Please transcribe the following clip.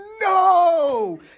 No